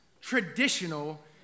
traditional